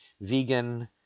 vegan